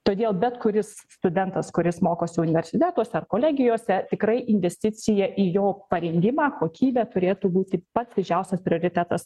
todėl bet kuris studentas kuris mokosi universitetuose ar kolegijose tikrai investicija į jo parengimą kokybę turėtų būti pats didžiausias prioritetas